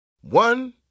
One